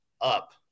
up